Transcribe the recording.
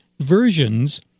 versions